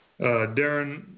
Darren